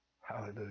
Hallelujah